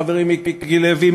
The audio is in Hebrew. חברי מיקי לוי,